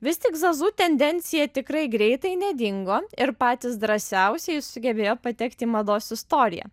vis tik zazu tendencija tikrai greitai nedingo ir patys drąsiausieji sugebėjo patekti į mados istoriją